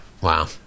Wow